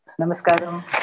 Namaskaram